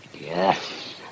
Yes